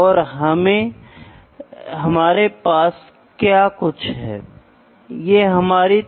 secondary एक अनुवाद है यहाँ दो अनुवाद हैं